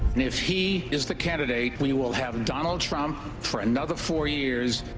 if he is the candidate, we will have donald trump for another four years.